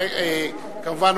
כמובן,